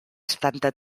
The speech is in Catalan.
setanta